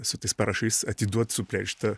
su tais parašais atiduot suplėšytą